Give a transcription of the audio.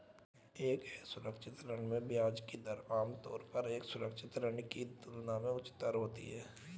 एक असुरक्षित ऋण में ब्याज की दर आमतौर पर एक सुरक्षित ऋण की तुलना में उच्चतर होती है?